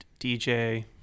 DJ